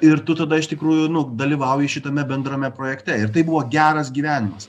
ir tu tada iš tikrųjų nu dalyvauji šitame bendrame projekte ir tai buvo geras gyvenimas